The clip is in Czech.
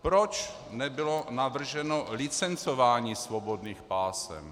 Proč nebylo navrženo licencování svobodných pásem?